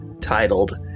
titled